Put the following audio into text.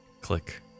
click